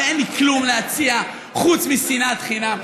הרי אין לי כלום להציע חוץ משנאת חינם.